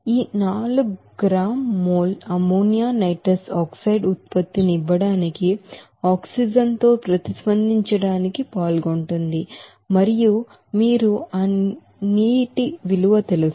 ఈ 4 gram mole అమ్మోనియాలో nitrous oxide ఉత్పత్తిని ఇవ్వడానికి ఆక్సిజన్ తో ప్రతిస్పందించడానికి పాల్గొంటోంది మరియు మీకు ఆ నీరు తెలుసు